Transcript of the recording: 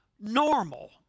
normal